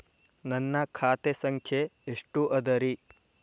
ನನ್ನ ಖಾತೆ ಸಂಖ್ಯೆ ಎಷ್ಟ ಅದರಿ?